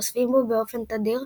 נוזפים בו באופן תדיר,